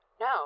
No